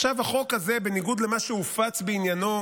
החוק הזה, בניגוד למה שהופץ בעניינו,